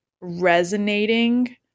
resonating